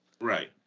Right